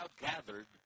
gathered